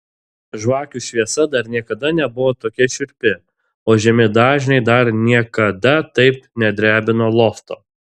žvakių šviesa dar niekada nebuvo tokia šiurpi o žemi dažniai dar niekada taip nedrebino lofto